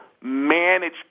manage